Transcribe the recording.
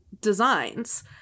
designs